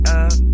up